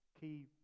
key